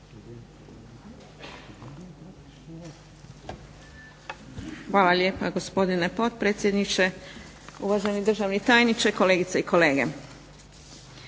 Hvala lijepa gospodine potpredsjedniče, uvaženi državni tajniče, kolegice i kolege.